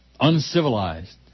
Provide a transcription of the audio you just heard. uncivilized